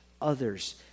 others